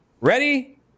Ready